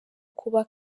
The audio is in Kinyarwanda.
kuba